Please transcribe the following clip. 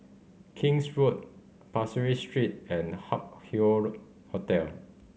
King's Road Pasir Ris Street and Hup Hoe road Hotel